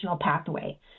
pathway